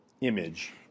image